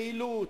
פעילות,